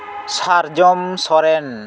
ᱥᱟᱨᱡᱚᱢ ᱥᱚᱨᱮᱱ